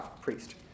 priest